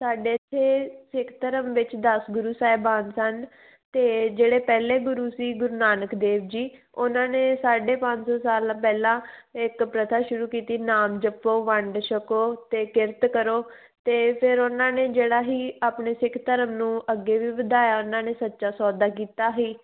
ਸਾਡੇ ਇੱਥੇ ਸਿੱਖ ਧਰਮ ਵਿੱਚ ਦਸ ਗੁਰੂ ਸਾਹਿਬਾਨ ਸਨ ਅਤੇ ਜਿਹੜੇ ਪਹਿਲੇ ਗੁਰੂ ਸੀ ਗੁਰੂ ਨਾਨਕ ਦੇਵ ਜੀ ਉਹਨਾਂ ਨੇ ਸਾਢੇ ਪੰਜ ਸੌ ਸਾਲ ਪਹਿਲਾਂ ਇੱਕ ਪ੍ਰਥਾ ਸ਼ੁਰੂ ਕੀਤੀ ਨਾਮ ਜਪੋ ਵੰਡ ਛਕੋ ਅਤੇ ਕਿਰਤ ਕਰੋ ਅਤੇ ਫਿਰ ਉਹਨਾਂ ਨੇ ਜਿਹੜਾ ਹੀ ਆਪਣੇ ਸਿੱਖ ਧਰਮ ਨੂੰ ਅੱਗੇ ਵੀ ਵਧਾਇਆ ਉਹਨਾਂ ਨੇ ਸੱਚਾ ਸੌਦਾ ਕੀਤਾ ਸੀ